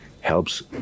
helps